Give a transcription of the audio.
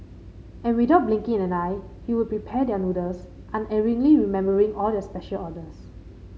and without blinking an eye he would prepare their noodles unerringly remembering all their special orders